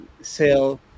sell